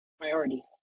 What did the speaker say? priority